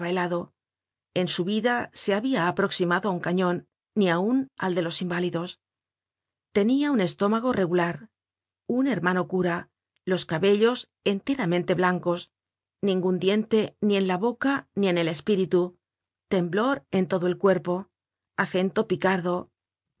en su vida se habia aproximado á un cañon ni aun al de los inválidos tenia un estómago regular un hermano cura los cabellos enteramente blancos ningun diente ni en la boca ni en el espíritu temblor en todo el cuerpo acento picardo